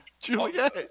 Juliet